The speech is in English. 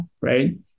right